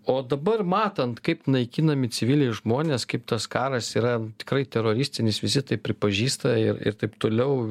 o dabar matant kaip naikinami civiliai žmonės kaip tas karas yra tikrai teroristinis visi tai pripažįsta ir ir taip toliau